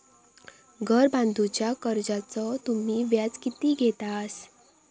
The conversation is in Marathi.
घर बांधूच्या कर्जाचो तुम्ही व्याज किती घेतास?